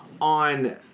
on